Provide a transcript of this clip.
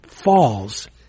falls